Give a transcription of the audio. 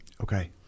Okay